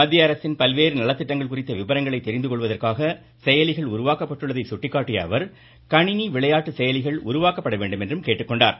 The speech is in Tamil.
மத்திய அரசின் பல்வேறு நலத்திட்டங்கள் குறித்த விவரங்களை தெரிந்து கொள்வதற்காக செயலிகள் உருவாக்கப்பட்டுள்ளதையும் கணினி விளையாட்டு செயலிகள் உருவாக்கப்பட வேண்டுமென்றும் கேட்டுக்கொண்டார்